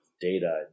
data